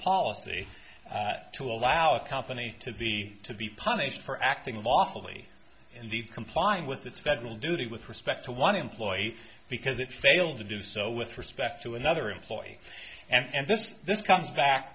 policy to allow a company to be to be punished for acting lawfully and the complying with the federal duty with respect to one employee because it failed to do so with respect to another employee and this this comes back